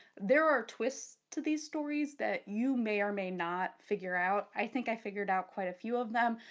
there are twists to these stories that you may or may not figure out, i think i figured out quite a few of them,